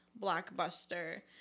blockbuster